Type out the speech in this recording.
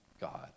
God